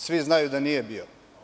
Svi znaju da nije bio.